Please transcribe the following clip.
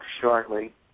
shortly